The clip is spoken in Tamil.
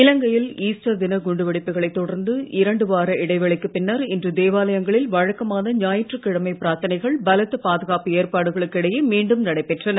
இலங்கை யில் ஈஸ்டர் தின குண்டுவெடிப்புகளைத் தொடர்ந்து இரண்டு வார இடைவெளிக்குப் பின்னர் இன்று தேவாலயங்களில் வழக்கமான ஞாயிற்றுக் கிழமை பிரார்த்தனைகள் பலத்த பாதுகாப்பு ஏற்பாடுகளுக்கு இடையே மீண்டும் நடைபெற்றன